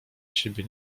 siebie